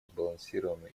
сбалансированную